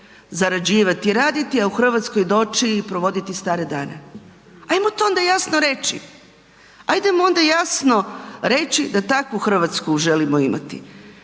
zarađivat i raditi, a u RH doći i provoditi stare dane. Ajmo to onda jasno reći, ajdemo onda jasno reći da takvu RH želimo imati,